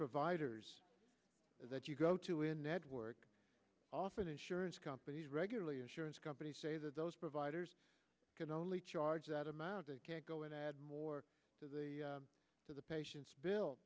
providers that you go to in network often insurance companies regularly insurance companies say that those providers can only charge that amount to go and add more to the patients bill